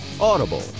Audible